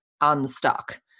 unstuck